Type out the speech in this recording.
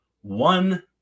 one